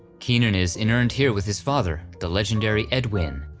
keenan is inurned here with his father, the legendary ed wynn,